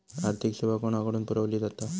आर्थिक सेवा कोणाकडन पुरविली जाता?